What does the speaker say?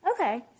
Okay